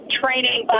training